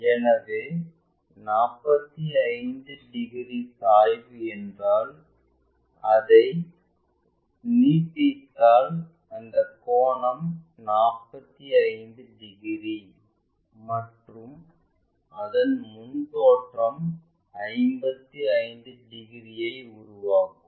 எனவே இதை சித்திரமாகக் காண்பித்தால் இது செங்குத்து பிளேன் மற்றும் இது கிடைமட்ட பிளேன் இதன் ப்ரொஜெக்ஷன் செங்குத்து பிலெனில் இருந்து 45 டிகிரி கோணத்தில் சாய்ந்து இருக்கும் என்பதை காண முடியும்